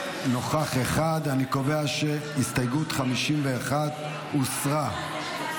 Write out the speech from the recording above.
אני קובע שהסתייגות 51 הוסרה.